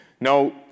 Now